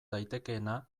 daitekeena